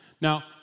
Now